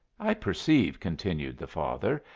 i perceive, continued the father,